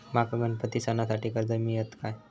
माका गणपती सणासाठी कर्ज मिळत काय?